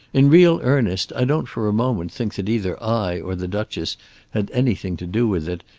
in real earnest i don't for a moment think that either i or the duchess had anything to do with it,